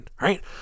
right